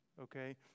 okay